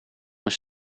mijn